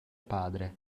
padre